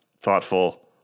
thoughtful